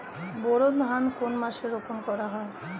বোরো ধান কোন মাসে রোপণ করা হয়?